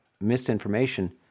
misinformation